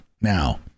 now